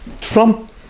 Trump